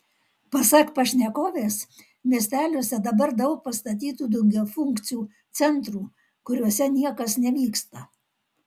pasak pašnekovės miesteliuose dabar daug pastatytų daugiafunkcių centrų kuriuose niekas nevyksta